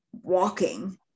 walking